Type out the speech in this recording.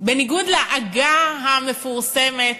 בניגוד לעגה המפורסמת,